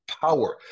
power